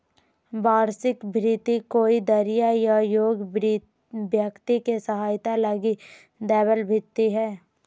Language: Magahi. वार्षिक भृति कोई दरिद्र या योग्य व्यक्ति के सहायता लगी दैबल भित्ती हइ